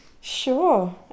Sure